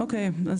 אוקיי.